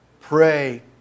Pray